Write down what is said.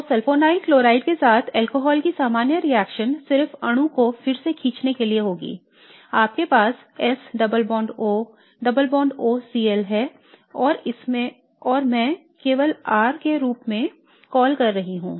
तो sulfonyl chloride के साथ अल्कोहल की सामान्य रिएक्शन सिर्फ अणु को फिर से खींचने के लिए होगी आपके पास S double bond O double bond O Cl है और मैं इसे केवल R के रूप में कॉल कर रहा हूं